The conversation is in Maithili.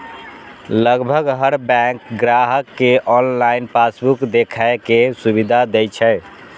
लगभग हर बैंक ग्राहक कें ऑनलाइन पासबुक देखै के सुविधा दै छै